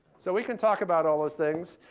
so we can talk about all those things.